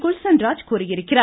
குல்சன் ராஜ் கூறியிருக்கிறார்